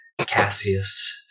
Cassius